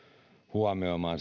huomioimaan